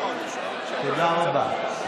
תודה רבה.